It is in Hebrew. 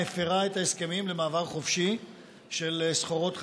מפירה את ההסכמים למעבר חופשי של סחורות חקלאיות.